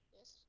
Yes